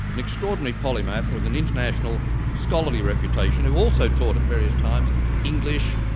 an extraordinary polymath with an international scholarly reputation who also taught at various times english,